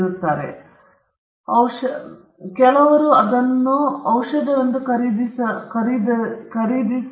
ಈಗ ಅವರು ಈಗಾಗಲೇ ಯೂಟ್ಯೂಬ್ನಲ್ಲಿ ಇರಿಸಿದ್ದಾರೆ ಎಂಬ ಅಂಶವು ನೀವು YouTube ಗೆ ಪ್ರವೇಶವನ್ನು ಪಡೆದುಕೊಳ್ಳುವ ವ್ಯಕ್ತಿಯನ್ನು ಆಹ್ವಾನಿಸದಿರಲು ಸಾಧ್ಯವಿಲ್ಲ